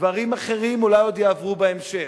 דברים אחרים אולי עוד יעברו בהמשך.